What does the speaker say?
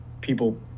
people